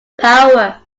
power